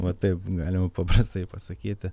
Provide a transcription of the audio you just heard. va taip galima paprastai pasakyti